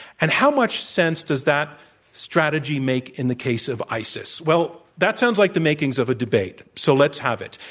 and how much sense does that strategy make in the case of isis? well, that sounds like the makings of a debate, so let's have it.